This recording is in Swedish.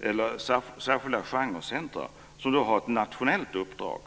eller särskilda genrecentrum, som då har ett nationellt uppdrag.